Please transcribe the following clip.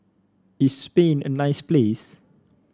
is Spain a nice place